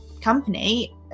company